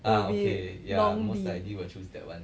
will be long bean